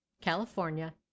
California